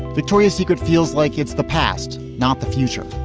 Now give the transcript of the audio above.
victoria's secret feels like it's the past, not the future.